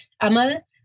Amal